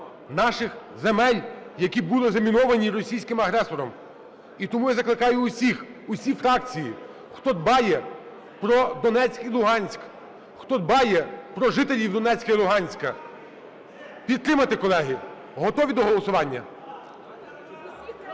наших земель, які були заміновані російським агресором. І тому я закликаю усіх, усі фракції, хто дбає про Донецьк і Луганськ, хто дбає про жителів Донецька і Луганська, підтримати, колеги. Готові до голосування?